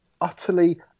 utterly